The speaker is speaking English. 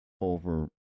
over